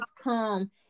come